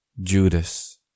Judas